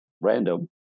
random